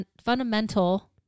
fundamental